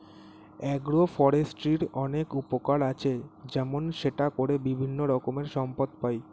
agro ফরেস্ট্রির অনেক উপকার আছে, যেমন সেটা করে বিভিন্ন রকমের সম্পদ পাই